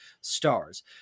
stars